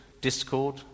discord